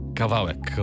kawałek